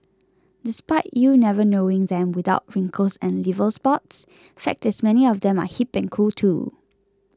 despite you never knowing them without wrinkles and liver spots fact is many of them are hip and cool too